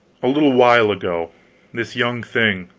a little while ago this young thing,